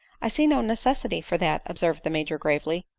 i see no necessity for that, observed the major gravely,